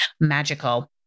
magical